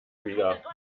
wieder